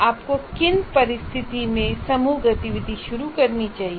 आपको किन परिस्थितियों में समूह गतिविधि शुरू करनी चाहिए